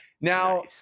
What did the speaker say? now